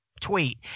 tweet